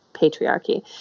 patriarchy